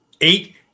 Eight